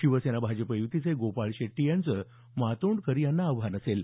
शिवसेना भाजप युतीचे गोपाळ शेट्टी यांचं मातोंडकर यांना आव्हान असेल